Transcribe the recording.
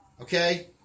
Okay